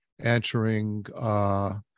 answering